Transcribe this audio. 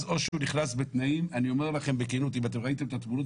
או שהוא נכנס בתנאים ואני אומר לכם בכנות: אם ראיתם את התמונות,